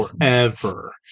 forever